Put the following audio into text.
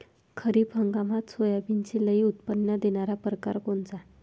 खरीप हंगामात सोयाबीनचे लई उत्पन्न देणारा परकार कोनचा?